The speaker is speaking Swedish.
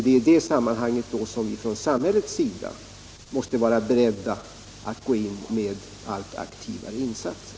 Det är i det sammanhanget som vi från samhällets sida måste vara beredda att gå in med allt aktivare insatser.